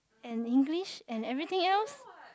and English and everything else